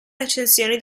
recensioni